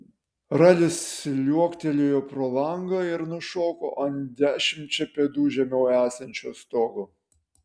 ralis liuoktelėjo pro langą ir nušoko ant dešimčia pėdų žemiau esančio stogo